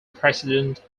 president